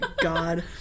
God